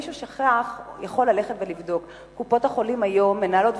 מי ששכח יכול ללכת לבדוק: קופות-החולים היום מנהלות,